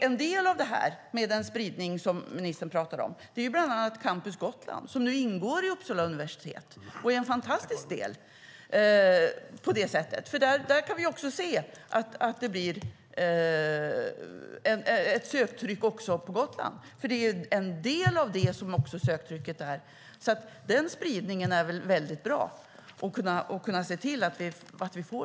En del av det här, med den spridning som ministern pratar om, är bland annat Campus Gotland, som nu ingår i Uppsala universitet och är en fantastisk del. Där kan vi se att det blir ett söktryck också på Gotland. Söktrycket är en del av det. Att se till att vi får den spridningen över landet är viktigt.